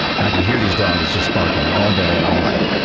and i could hear these dogs just barking all day and all night.